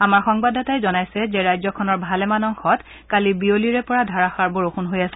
আমাৰ সংবাদদাতাই জনাইছে যে ৰাজ্যখনৰ ভালেমান অংশত কালি বিয়লিৰে পৰা ধাৰাষাৰ বৰষূণ হৈ আছে